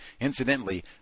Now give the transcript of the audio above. Incidentally